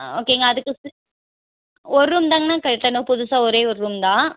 அ ஓக்கேங்க அதுக்கு ஒர் ரூம்தாங்ணா கட்டணும் புதுசாக ஒரே ஒரு ரூம் தான்